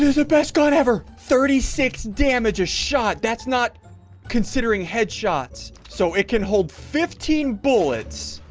the best god ever thirty six damage a shot that's not considering headshots so it can hold fifteen bullets